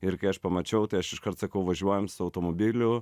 ir kai aš pamačiau tai aš iškart sakau važiuojam su automobiliu